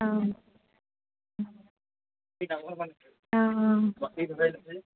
অঁ অঁ অঁ